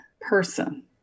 person